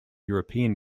european